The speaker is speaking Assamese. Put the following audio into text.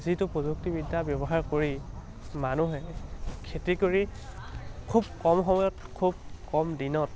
যিটো প্ৰযুক্তিবিদ্যা ব্যৱহাৰ কৰি মানুহে খেতি কৰি খুব কম সময়ত খুব কম দিনত